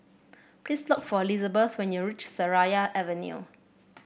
please look for Lizabeth when you reach Seraya Avenue